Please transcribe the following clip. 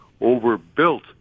overbuilt